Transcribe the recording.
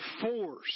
force